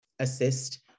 assist